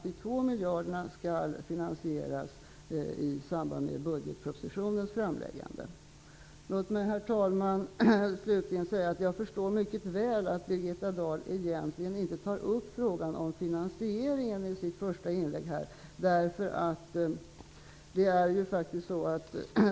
De 2 miljarderna skall finansieras i samband med budgetpropositionens framläggande. Herr talman! Låt mig slutligen säga att jag mycket väl förstår att Birgitta Dahl egentligen inte tar upp frågan om finansieringen i sitt första inlägg här.